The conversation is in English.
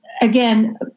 Again